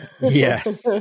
yes